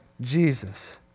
Jesus